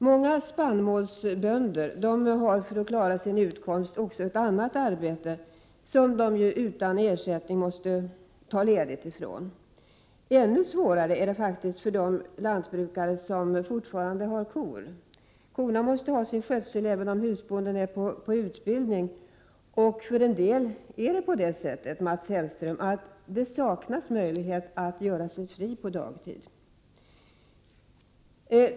Många spannmålsbönder har, för att klara sin utkomst, också ett annat arbete som de, utan ersättning, måste ta ledigt från. Ännu svårare är det faktiskt för de lantbrukare som fortfarande har kor. Korna måste ju ha sin skötsel även om husbonden är på utbildning. Och en del bönder, Mats Hellström, saknar möjlighet att göra sig fria på dagtid.